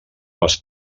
les